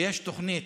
ויש תוכנית,